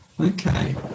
Okay